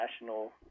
national